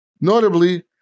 Notably